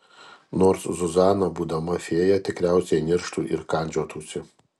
nors zuzana būdama fėja tikriausiai nirštų ir kandžiotųsi